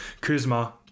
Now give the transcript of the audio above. Kuzma